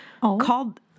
Called